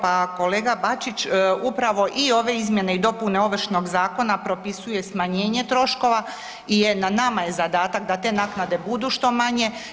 Pa kolega Bačić, upravo i ove izmjene i dopune Ovršnog zakona propisuje smanjenje troškova i je, na nama je zadatak da te naknade budu što manje.